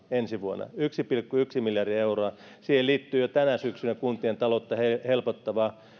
ensi vuonna yhdellä pilkku yhdellä miljardilla eurolla siihen liittyy jo tänä syksynä kuntien taloutta helpottava